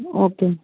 ஓகேங்க